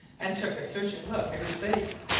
and took a searching look at his face.